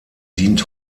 dient